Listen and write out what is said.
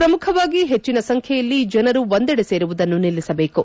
ಪ್ರಮುಖವಾಗಿ ಹೆಚ್ಚನ ಸಂಖ್ಯೆಯಲ್ಲಿ ಜನರು ಒಂದೆಡೆ ಸೇರುವುದನ್ನು ನಿಲ್ಲಿಸಬೇಕು